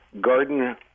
Garden